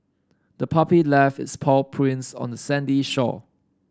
the puppy left its paw prints on the sandy shore